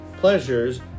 pleasures